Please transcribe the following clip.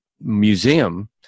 museum